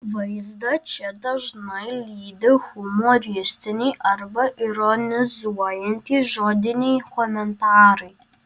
vaizdą čia dažnai lydi humoristiniai arba ironizuojantys žodiniai komentarai